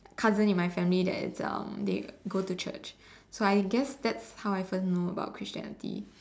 cousin in my family that's um they go to church so I guess that's how I even know about Christianity